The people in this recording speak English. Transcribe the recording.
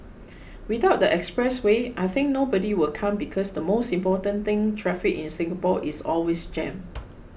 without the expressway I think nobody will come because the most important thing traffic in Singapore is always jammed